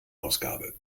ausgabe